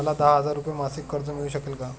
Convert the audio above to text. मला दहा हजार रुपये मासिक कर्ज मिळू शकेल का?